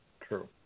True